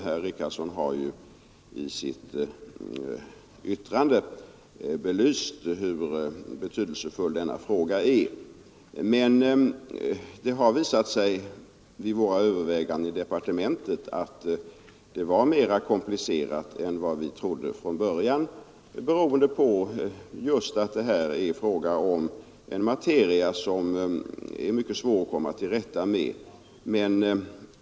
Herr Richardson belyste också i sitt anförande hur betydelsefull den är. Men det har vid våra överväganden i departementet visat sig att det var mera komplicerat än vi trodde från början, beroende just på att det gäller en materia som är mycket svår att komma till rätta med.